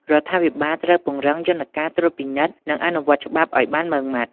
រដ្ឋាភិបាលត្រូវពង្រឹងយន្តការត្រួតពិនិត្យ និងអនុវត្តច្បាប់ឲ្យបានម៉ឺងម៉ាត់។